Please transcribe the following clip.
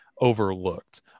overlooked